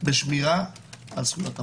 בשמירה על זכויות הפרט.